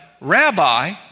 Rabbi